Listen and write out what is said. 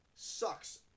sucks